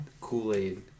Kool-Aid